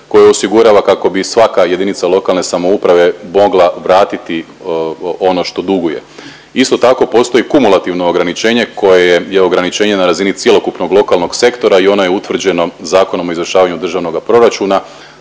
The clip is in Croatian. koje osigurava kako bi svaka JLS mogla vratiti ono što duguje. Isto tako postoji kumulativno ograničenje koje je ograničenje na razini cjelokupnog lokalnog sektora i ono je utvrđeno Zakonom o izvršavanju državnoga proračuna